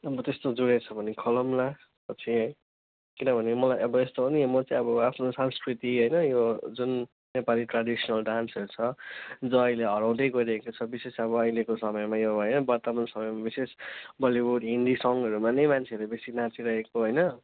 अब त्यस्तो जुरेछ भने खोलौँला पछि है किनभने मलाई अब यस्तो हो नि म चाहिँ अब आफ्नो संस्कृति होइन यो जुन नेपाली ट्रेडिसनल डान्सहरू छ जो अहिले हराउँदै गइरहेको छ विशेष अब अहिलेको समयमा यो होइन वर्तमान समयमा विशेष बलिउड हिन्दी सङहरूमा नै मान्छेहरू बेसी नाचिरहेको होइन